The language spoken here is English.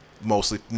mostly